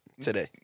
today